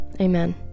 amen